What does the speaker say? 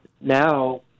now